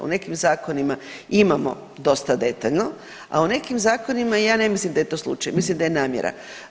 U nekim zakonima imamo dosta detaljno, au nekim zakonima ja ne mislim da je to slučaj, mislim da je namjera.